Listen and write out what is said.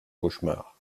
cauchemar